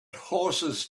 horses